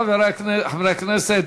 חברי הכנסת,